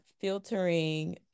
filtering